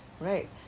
Right